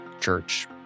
church